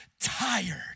tired